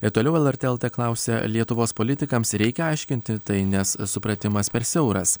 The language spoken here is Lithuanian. ir toliau lrt lt klausia lietuvos politikams reikia aiškinti tai nes supratimas per siauras